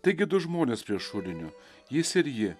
taigi du žmonės prie šulinio jis ir ji